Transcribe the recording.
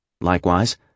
Likewise